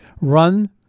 run